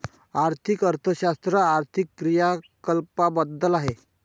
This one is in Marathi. आर्थिक अर्थशास्त्र आर्थिक क्रियाकलापांबद्दल आहे